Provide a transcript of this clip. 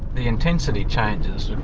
the intensity changes.